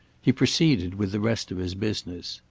he proceeded with the rest of his business.